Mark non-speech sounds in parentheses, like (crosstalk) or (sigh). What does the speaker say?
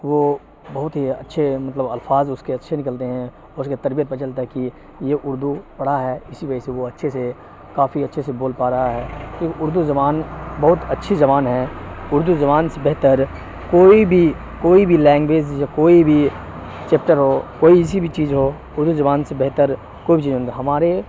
وہ بہت ہی اچھے مطلب الفاظ اس کے اچھے نکلتے ہیں اور اس کے تربیت (unintelligible) پچلتا ہے کی یہ اردو پڑھا ہے اسی وجہ سے وہ اچھے سے کافی اچھے سے بول پا رہا ہے کی اردو زبان بہت اچھی زبان ہے اردو زبان سے بہتر کوئی بھی کوئی بھی لینگویج یا کوئی بھی چیپٹر ہو کوئی اسی بھی چیز ہو اردو زبان سے بہتر کوئی بھی چیز ہمارے